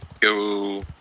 go